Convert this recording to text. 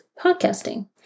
podcasting